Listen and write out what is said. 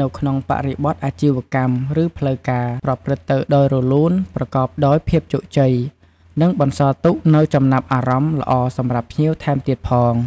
នៅក្នុងបរិបទអាជីវកម្ម ឬផ្លូវការ ប្រព្រឹត្តទៅដោយរលូន ប្រកបដោយភាពជោគជ័យ និងបន្សល់ទុកនូវចំណាប់អារម្មណ៍ល្អសម្រាប់ភ្ញៀវថែមទៀតផង។